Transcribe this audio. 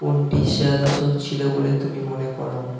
কোনটি সেরা দশক ছিল বলে তুমি মনে করো